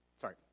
Sorry